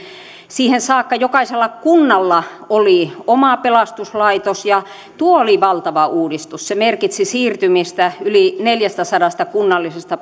siihen saakka jokaisella kunnalla oli oma pelastuslaitos tuo oli valtava uudistus se merkitsi siirtymistä yli neljästäsadasta kunnallisesta